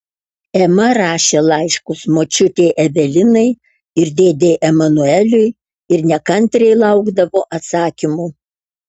ema rašė laiškus močiutei evelinai ir dėdei emanueliui ir nekantriai laukdavo atsakymų